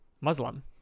Muslim